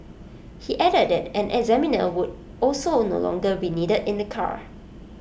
he added that an examiner would also no longer be needed in the car